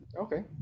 okay